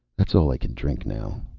that's all i can drink now.